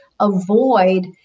avoid